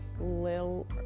lil